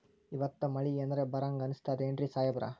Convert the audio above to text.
ಇವತ್ತ ಮಳಿ ಎನರೆ ಬರಹಂಗ ಅನಿಸ್ತದೆನ್ರಿ ಸಾಹೇಬರ?